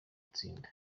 gutsinda